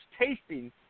tasting